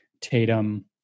Tatum